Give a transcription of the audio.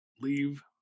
leave